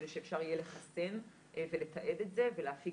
כדי שאפשר יהיה לחסן ולתעד את זה ולהפיק